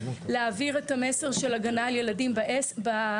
להעביר את המסר של הגנה על ילדים ברשת.